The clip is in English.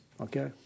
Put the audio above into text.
Okay